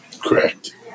Correct